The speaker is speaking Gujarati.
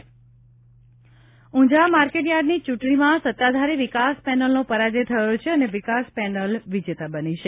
ઉંઝા ઉઝા માર્કેટયાર્ડની ચૂંટણીમાં સત્તાધારી વિકાસ પેનલનો પરાજય થયો છે અને વિકાસ પેનલ વિજેતા બની છે